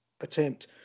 attempt